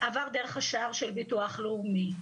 עבר דרך השער של ביטוח לאומי,